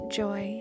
joy